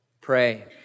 Pray